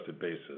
basis